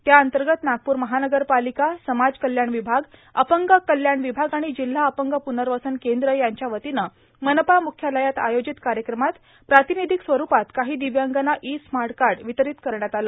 त्याअंतर्गत नागपूर महानगरपालिका समाज कल्याण विभाग अपंग कल्याण विभाग आणि जिल्हा अपंग प्नर्वसन केंद्र यांच्या वतीनं मनपा म्ख्यालयात आयोजित कार्यक्रमात प्रातिनिधिक स्वरूपात काही दिव्यांगांना ई स्मार्ट कार्ड वितरीत करण्यात आलं